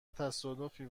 تصادفی